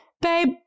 babe